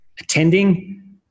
attending